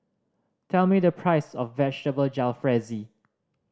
tell me the price of Vegetable Jalfrezi